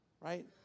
right